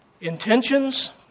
intentions